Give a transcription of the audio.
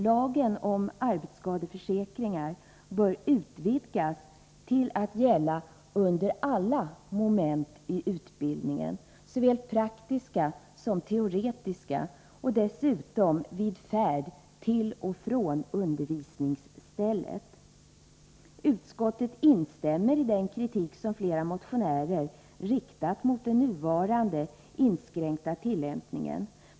Lagen om arbetsskadeförsäkring bör utvidgas till att gälla under alla moment i utbildningen, såväl praktiska som teoretiska, och dessutom vid färd till och från undervisningsstället. Utskottet instämmer i den kritik som flera motionärer riktat mot den nuvarande inskränkta tillämpningen.